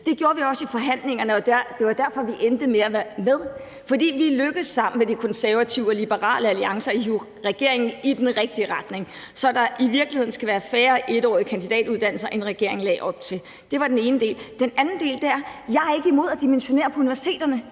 Det gjorde vi også i forhandlingerne, og det var derfor, vi endte med at være med. For vi lykkedes sammen med De Konservative og Liberal Alliance med at hive regeringen i den rigtige retning, så der i virkeligheden skal være færre 1-årige kandidatuddannelser, end regeringen lagde op til. Det var den ene del. Den anden del er, at jeg ikke er imod at dimensionere på universiteterne.